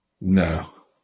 No